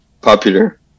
popular